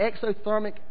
exothermic